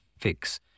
fix